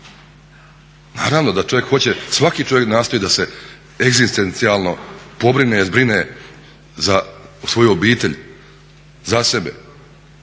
svaki čovjek hoće, svaki čovjek nastoji da se egzistencijalno, pobrine, zbrine za svoju obitelj, za sebe.